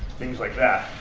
things like that.